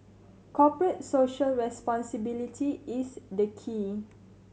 Corporate Social Responsibility is the key